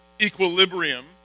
equilibrium